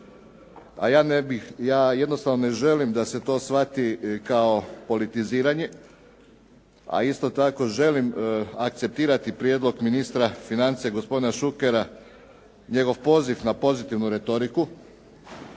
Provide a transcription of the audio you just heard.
a ja jednostavno ne želim da se to shvati kao politiziranje, a isto tako želim akceptirati prijedlog ministra financija gospodina Šukera, njegov poziv na pozitivnu retoriku.